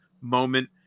moment